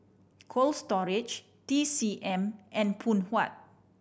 Cold Storage T C M and Phoon Huat